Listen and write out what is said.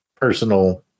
personal